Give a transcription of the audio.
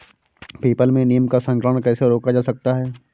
People में नीम का संकरण कैसे रोका जा सकता है?